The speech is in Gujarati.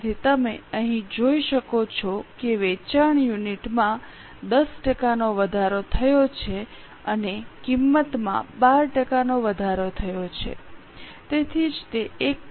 તેથી તમે અહીં જોઈ શકો છો કે વેચાણ યુનિટમાં 10 ટકાનો વધારો થયો છે અને કિંમતમાં 12 ટકાનો વધારો થયો છે તેથી જ તે 1